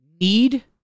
Need